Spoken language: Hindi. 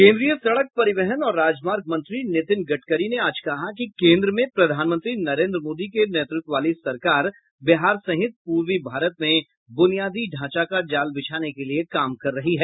केन्द्रीय सड़क परिवहन और राजमार्ग मंत्री नितिन गडकरी ने आज कहा कि केन्द्र में प्रधानमंत्री नरेन्द्र मोदी के नेतृत्व वाली सरकार बिहार सहित पूर्वी भारत में ब्रनियादी ढांचा का जाल बिछाने के लिये काम कर रही है